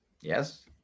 yes